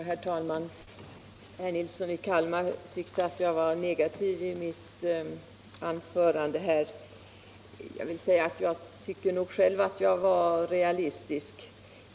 Herr talman! Herr Nilsson i Kalmar sade att jag var negativ i mitt anförande. Jag tycker själv att jag var realistisk.